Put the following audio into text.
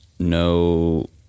No